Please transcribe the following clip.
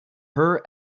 her